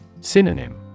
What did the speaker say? Synonym